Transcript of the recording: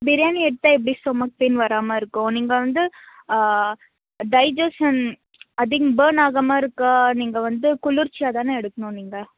பிரியாணி எடுத்தால் எப்படி stomach pain வராமல் இருக்கும் நீங்கள் வந்து டைஜெஷ்ஷன் அதிகம் பேர்ன் ஆகாமல் இருக்க நீங்கள் வந்து குளிர்ச்சியாக தானே எடுக்கணும் நீங்கள்